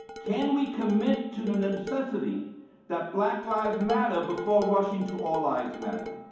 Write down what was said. can we commit to the necessity that black lives matter before rushing to all lives matter?